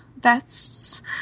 vests